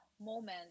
moment